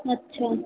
अच्छा